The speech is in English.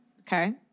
Okay